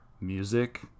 music